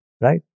right